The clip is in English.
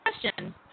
question